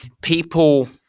people